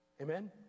Amen